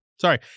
Sorry